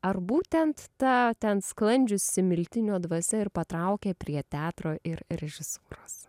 ar būtent ta ten sklandžiusi miltinio dvasia ir patraukė prie teatro ir režisūros